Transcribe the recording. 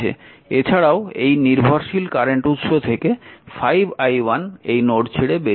এছাড়াও এই নির্ভরশীল কারেন্ট উৎস থেকে 5i1 এই নোড ছেড়ে বেরিয়ে যাচ্ছে